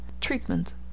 Treatment